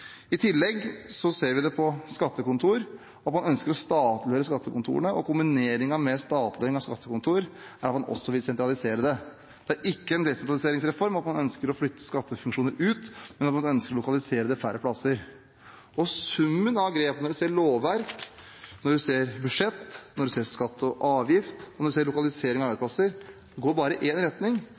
I tillegg ser vi det på skattekontor, at man ønsker å statliggjøre skattekontorene. Det man kombinerer med statliggjøring av skattekontor, er at man også vil sentralisere dem. Det er ikke en desentraliseringsreform at man ønsker å flytte skattefunksjoner ut, men at man ønsker å lokalisere dem på færre plasser. Summen av grepene, hvis man ser på lovverk, budsjett, skatt og avgift og lokalisering av arbeidsplasser, går bare i én retning.